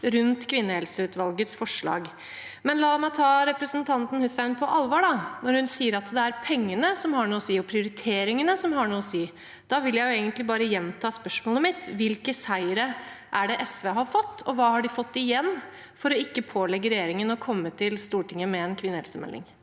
rundt kvinnehelseutvalgets forslag. Men la meg ta representanten Hussein på alvor, da, når hun sier at det er pengene og prioriteringene som har noe å si. Da vil jeg egentlig bare gjenta spørsmålet mitt: Hvilke seire er det SV har fått, og hva har de fått igjen for å ikke pålegge regjeringen å komme til Stortinget med en kvinnehelsemelding?